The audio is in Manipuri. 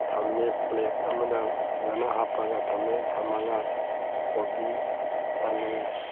ꯊꯝꯃꯦ ꯄ꯭ꯂꯦꯠ ꯑꯃꯗ ꯐꯖꯅ ꯍꯥꯞꯄꯒ ꯊꯝꯃꯦ ꯊꯝꯃꯒ ꯀꯣꯕꯤ ꯑꯂꯨ